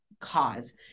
cause